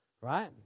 Right